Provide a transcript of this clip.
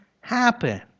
happen